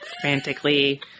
frantically